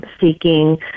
seeking